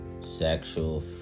sexual